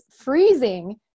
freezing